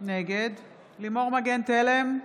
נגד לימור מגן תלם,